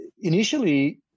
initially